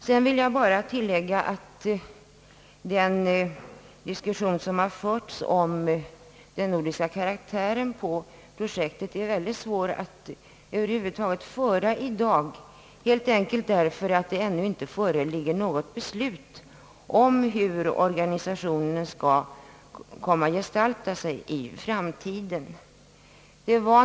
Sedan vill jag endast tillägga att det är väldigt svårt att i dag över huvud taget föra en diskussion om den nordiska karaktären på projektet, helt enkelt därför att det ännu inte föreligger något beslut om hur organisationen skall komma att gestalta sig i framtiden.